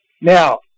Now